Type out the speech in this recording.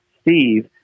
Steve